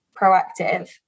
proactive